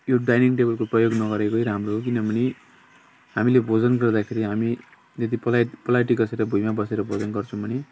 यो डाइनिङ टेबलको प्रयोग नगरेकै राम्रो किनभने हामीले भोजन गर्दाखेरि हामी यदि पलैँट पलैँटी कसेर भुइँमा बसेर भोजन गर्छौँ भने